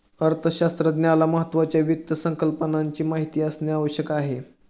अर्थशास्त्रज्ञाला महत्त्वाच्या वित्त संकल्पनाची माहिती असणे आवश्यक आहे